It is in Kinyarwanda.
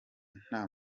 nta